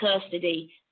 custody